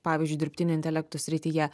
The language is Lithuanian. pavyzdžiui dirbtinio intelekto srityje